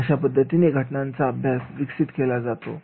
अशा पद्धतीने घटनांचा अभ्यास विकसित केला जातो